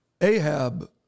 Ahab